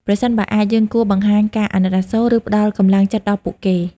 ប្រសិនបើអាច យើងគួរបង្ហាញការអាណិតអាសូរ ឬផ្តល់កម្លាំងចិត្តដល់ពួកគេ។